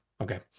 okay